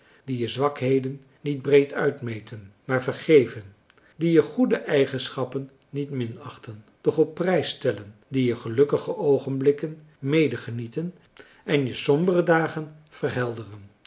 die je zwakheden niet breed uitmeten maar vergeven die je goede eigenschappen niet minachten doch op prijs stellen die je gelukkige oogenblikken medegenieten en je sombere